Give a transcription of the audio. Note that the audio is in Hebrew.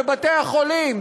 בבתי-החולים,